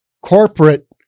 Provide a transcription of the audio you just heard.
corporate